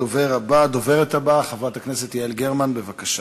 הדוברת הבאה, חברת הכנסת יעל גרמן, בבקשה.